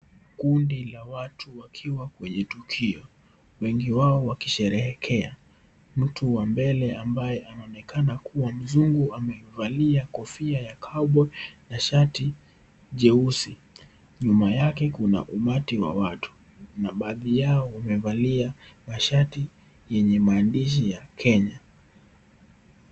Kundi la watu wakiwa kwenye tukio. Wengi wao wakisherehekea. Mtu wa mbele ambaye anaonekana kuwa mzungu ameivalia kofia ya cowboy na shati jeusi. Nyuma yake kuna umati wa watu na baadhi yao wamevalia mashati yenye maandishi ya Kenya.